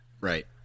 Right